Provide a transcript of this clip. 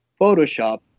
Photoshop